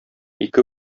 ике